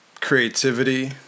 creativity